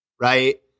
right